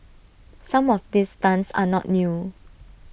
some of these stunts are not new